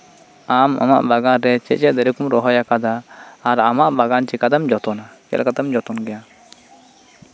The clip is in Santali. ᱟᱢ ᱟᱢᱟᱜ ᱵᱟᱜᱟᱱ ᱨᱮ ᱪᱮᱫ ᱪᱮᱫ ᱫᱟᱨᱮ ᱠᱚᱢ ᱨᱚᱦᱚᱭ ᱟᱠᱟᱫᱟ ᱟᱨ ᱟᱢᱟᱜ ᱵᱟᱜᱟᱱ ᱪᱮᱫ ᱠᱟᱢ ᱡᱚᱛᱚᱱᱟ ᱟᱨ ᱪᱮᱫ ᱞᱮᱠᱟᱛᱮᱢ ᱡᱚᱛᱚᱱ ᱜᱮᱭᱟ